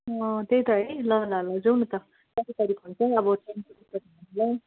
अँ त्यही त है ल ल ल जाउँ न त कति तारिक हुन्छ अब ट्रेनको टिकट